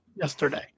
yesterday